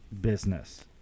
business